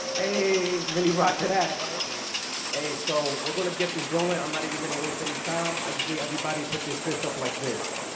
really rotten have write a so we're going to get this going i'm not even going to waste any time i just need everybody put their fists up like this